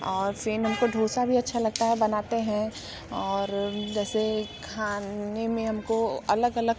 और फिर हम को डोसा भी अच्छा लगता है बनाते हैं और जैसे खाने में हम को अलग अलग